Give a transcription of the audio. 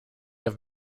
have